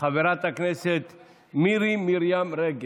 חברת הכנסת מירי מרים רגב.